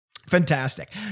fantastic